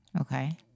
Okay